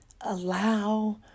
allow